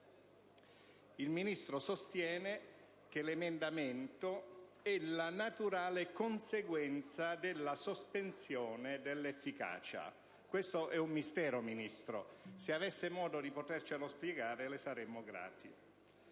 Il Ministro sostiene che l'emendamento è la naturale conseguenza della sospensione dell'efficacia. Questo è un mistero, Ministro. Se avesse modo di potercelo spiegare, gliene saremmo grati.